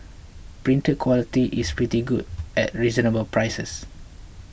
printing quality is pretty good at reasonable prices